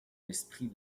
l’esprit